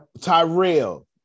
Tyrell